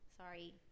sorry